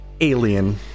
Alien